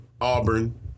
Auburn